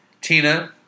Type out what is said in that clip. Tina